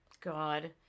God